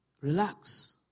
Relax